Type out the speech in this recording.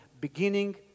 beginning